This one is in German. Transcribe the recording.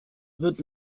wird